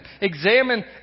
Examine